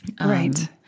Right